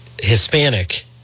Hispanic